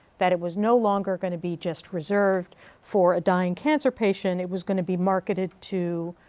that it was no longer going to be just reserved for a dying cancer patient, it was going to be marketed to